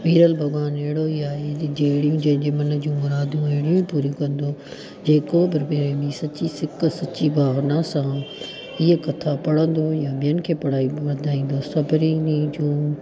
विरल भॻवानु अहिड़ो ई आहे जहिड़ियूं जंहिंजूं मन जी मुरादियूं अहिड़ियूं पूरियूं कंदो जेको बि प्रेमी सची सिक सची भावना सां इहा कथा पढ़ंदो या ॿियनि खें पढ़ाईंदो वधाईंदसि त वरी हुन जूं